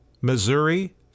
Missouri